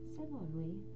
Similarly